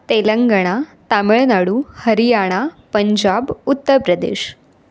Telangana Tamil Nadu Haryana Punjab Uttar Pradesh